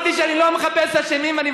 אמרתי שאני לא מחפש אשמים.